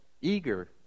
eager